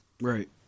Right